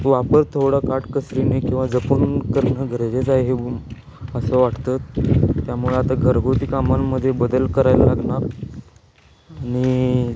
वापर थोडा काटकसरीने किंवा जपून करणं गरजेचं आहे हे असं वाटतं त्यामुळे आता घरगुती कामांमध्ये बदल करावं लागणार आणि